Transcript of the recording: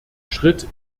schritt